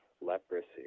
leprosy